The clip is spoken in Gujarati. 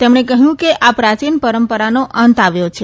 તેમણે કહ્યૂં કે આ પ્રાચીન પરંપરાનો અંત આવ્યો છે